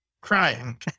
crying